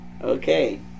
Okay